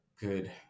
good